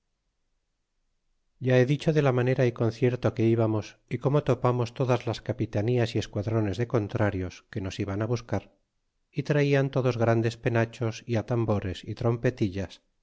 ya he dicho de la manera y conciertó que íbamos y como topamos todas las capitanías y esquadrones de contrarios que nos iban á buscar y traían todos grandes penachos y atamb ores y trompetillas